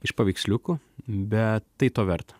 iš paveiksliukų bet tai to verta